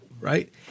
right